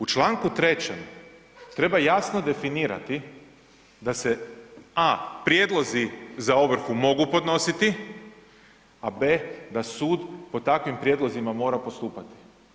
U čl. 3.treba jasno definirati da se a) prijedlozi za ovrhu mogu podnositi, a b) da sud po takvim prijedlozima mora postupati.